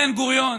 בן-גוריון,